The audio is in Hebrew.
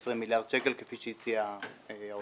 ה-20 מיליארד שקל כפי שהציע האוצר.